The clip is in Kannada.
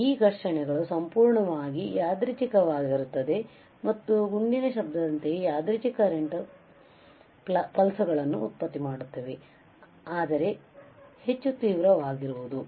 ಈ ಘರ್ಷಣೆಗಳು ಸಂಪೂರ್ಣವಾಗಿ ಯಾದೃಚ್ಛಿಕವಾಗಿರುತ್ತವೆ ಮತ್ತು ಗುಂಡಿನ ಶಬ್ದದಂತೆಯೇ ಯಾದೃಚ್ಛಿಕ ಕರೆಂಟ್ ಪಲ್ಸ್ಗಳನ್ನು ಉತ್ಪತ್ತಿ ಮಾಡುತ್ತವೆ ಆದರೆ ಹೆಚ್ಚು ತೀವ್ರವಾಗಿರುವುದು